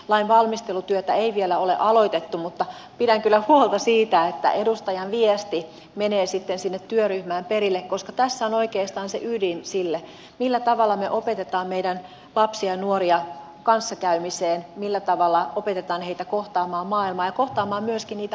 lain valmistelutyötä ei vielä ole aloitettu mutta pidän kyllä huolta siitä että edustajan viesti menee sitten sinne työryhmään perille koska tässä on oikeastaan se ydin sille millä tavalla me opetamme meidän lapsia ja nuoria kanssakäymiseen millä tavalla opetetaan heitä kohtaamaan maailma ja kohtaamaan myöskin niitä haasteita